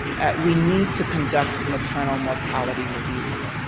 we need to conduct maternal mortality reviews.